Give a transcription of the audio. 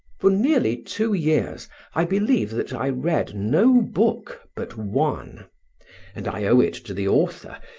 for nearly two years i believe that i read no book, but one and i owe it to the author,